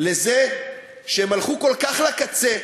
לזה שהם הלכו כל כך לקצה,